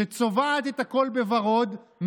שצובעת את הכול בוורוד,